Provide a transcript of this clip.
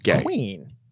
Queen